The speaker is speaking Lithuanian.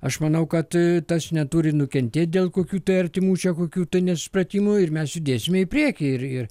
aš manau kad tas neturi nukentėt dėl kokių tai artimų čia kokių tai nesupratimų ir mes judėsime į priekį ir ir